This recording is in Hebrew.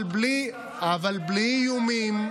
אבל בלי איומים.